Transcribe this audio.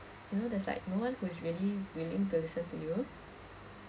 you know there's like no one who is really willing to listen to you